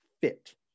Fit